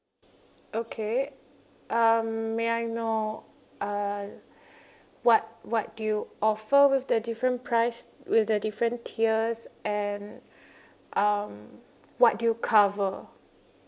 okay um may I know uh what what do you offer with the different price with the different tiers and um what do you cover